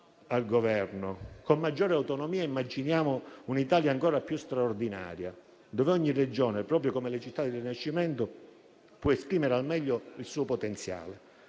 al Governo. Con maggiore autonomia, immaginiamo un'Italia ancor più straordinaria, in cui ogni Regione, proprio come le città del Rinascimento, possa esprimere al meglio il suo potenziale.